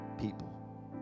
people